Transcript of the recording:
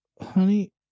Honey